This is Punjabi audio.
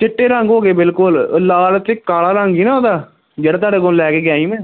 ਚਿੱਟੇ ਰੰਗ ਹੋ ਗਏ ਬਿਲਕੁਲ ਲਾਲ ਅਤੇ ਕਾਲਾ ਰੰਗ ਸੀ ਨਾ ਉਹਦਾ ਜਿਹੜਾ ਤੁਹਾਡੇ ਕੋਲੋਂ ਲੈ ਕੇ ਗਿਆ ਸੀ ਮੈਂ